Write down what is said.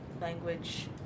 language